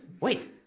Wait